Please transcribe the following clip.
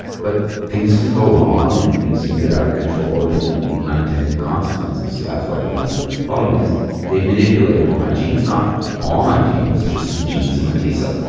but things can wrong and things can get out of control and there can be unintended consequences. so that's why they want to follow me because they've manipulated my genes, not all my genes, just the genes in my t-cell.